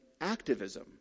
activism